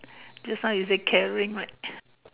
just now you say caring right